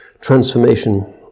transformation